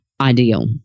ideal